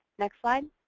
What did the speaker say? next slide.